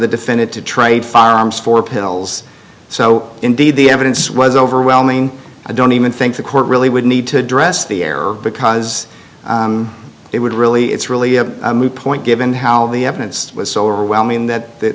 the defendant to trade firearms for pills so indeed the evidence was overwhelming i don't even think the court really would need to address the error because it would really it's really a moot point given how the evidence was so overwhelming that th